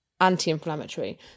anti-inflammatory